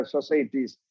Societies